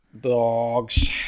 dogs